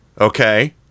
Okay